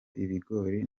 ibigori